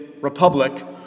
Republic